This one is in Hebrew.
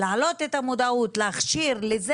להעלות את המודעות, להכשיר וכו'